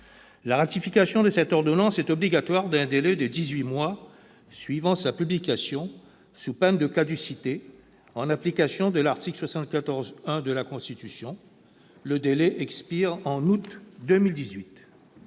La ratification de cette ordonnance est obligatoire dans un délai de dix-huit mois suivant sa publication, sous peine de caducité, en application de l'article 74-1 de la Constitution. Le délai expire en août 2018.